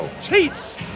Cheats